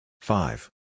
Five